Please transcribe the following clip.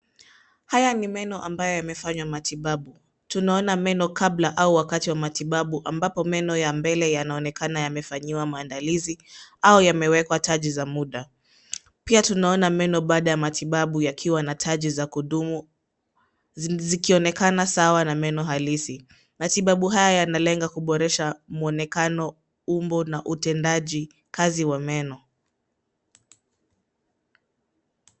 Haya ni meno ambayo yamefanywa matibabu. Tunaona meno kabla au wakati wa matibabu ambapo meno ya mbele yanaonekana yamefanyiwa maandalizi au yamewekwa taji za muda. Pia tunaona meno baada ya matibabu yakiwa na taji za kudumu zikionekana sawa na meno halisi. Matibabu haya yanalenga kuboresha mwonekano, umbo na utendaji kazi wa meno.